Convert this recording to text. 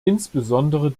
insbesondere